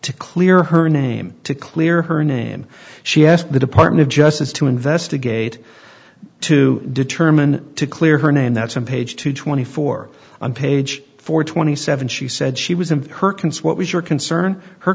to clear her name to clear her name she asked the department of justice to investigate to determine to clear her name that some page two twenty four on page four twenty seven she said she was in her concert what was your concern her